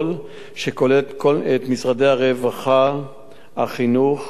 שכולל את משרדי הרווחה, החינוך והקליטה.